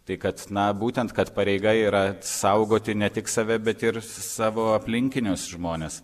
tai kad na būtent kad pareiga yra saugoti ne tik save bet ir savo aplinkinius žmones